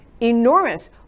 enormous